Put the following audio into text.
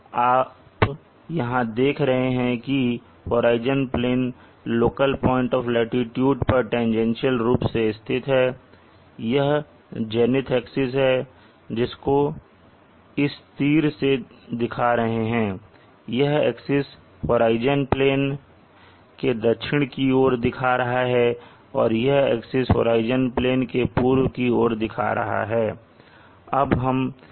आप यहां देख रहे हैं की horizon plane local point latitude पर टैन्जेन्शल रूप से स्थित है यह जेनिथ एक्सिस है जिसको इस तीर से दिखा रहे हैं यह एक्सिस होराइजन प्लेन के दक्षिण की ओर दिखा रहा है और यह एक्सिस होराइजन प्लेन के पूर्व की ओर दिखा रहा है